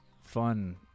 fun